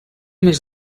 més